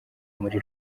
muri